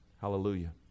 Hallelujah